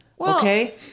Okay